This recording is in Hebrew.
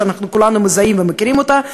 שכולנו מזהים ומכירים אותה,